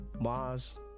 Mars